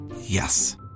Yes